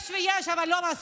יש חוק, יש ויש, אבל לא מספיק.